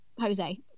Jose